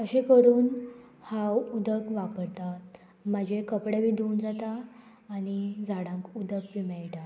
अशें करून हांव उदक वापरतां म्हजें कपडे बी धुवन जाता आनी झाडांक उदक बी मेळटा